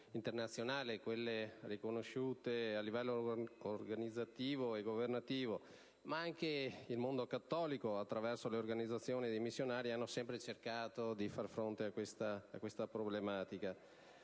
internazionali, quelle riconosciute a livello organizzativo e governativo, e il mondo cattolico, attraverso le organizzazioni dei missionari, hanno cercato di far fronte. La Dichiarazione